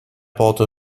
porte